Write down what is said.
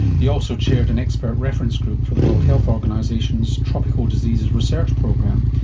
he also chaired an expert reference group for the world health organisation's tropical diseases research program,